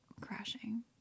crashing